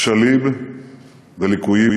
כשלים וליקויים,